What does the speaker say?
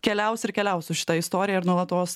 keliaus ir keliaus su šita istoriją ir nuolatos